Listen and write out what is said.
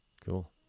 Cool